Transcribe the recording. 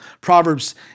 Proverbs